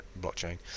blockchain